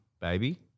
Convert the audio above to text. baby